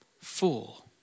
Fool